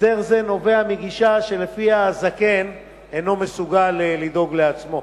הסדר זה נובע מגישה שלפיה הזקן אינו מסוגל לדאוג לעצמו,